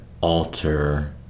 alter